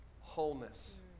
wholeness